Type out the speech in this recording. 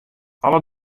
alle